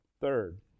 Third